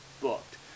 booked